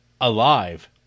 alive